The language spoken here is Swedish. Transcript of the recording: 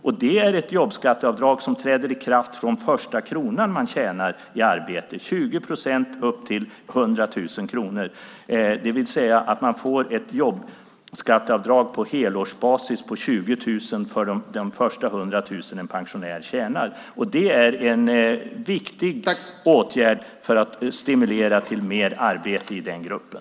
Det är ett jobbskatteavdrag som träder i kraft från första kronan man tjänar i arbete. Det är 20 procent upp till 100 000 kronor. Det är alltså ett jobbskatteavdrag på helårsbasis på 20 000 för de första 100 000 en pensionär tjänar. Det är en viktig åtgärd för att stimulera till mer arbete i den gruppen.